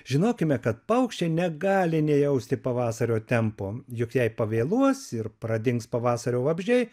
žinokime kad paukščiai negali nejausti pavasario tempo juk jei pavėluos ir pradings pavasario vabzdžiai